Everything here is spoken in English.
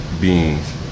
beings